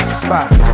spot